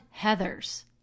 Heathers